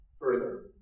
Further